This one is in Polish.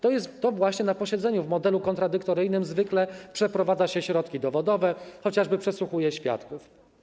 To właśnie na posiedzeniu w modelu kontradyktoryjnym zwykle przeprowadza się środki dowodowe, chociażby przesłuchuje świadków.